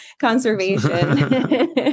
conservation